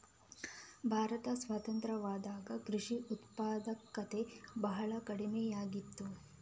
ಭಾರತ ಸ್ವತಂತ್ರವಾದಾಗ ಕೃಷಿ ಉತ್ಪಾದಕತೆ ಬಹಳ ಕಡಿಮೆಯಾಗಿತ್ತು